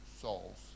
souls